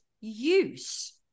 use